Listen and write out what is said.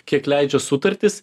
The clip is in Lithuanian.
kiek leidžia sutartis